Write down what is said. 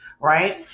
right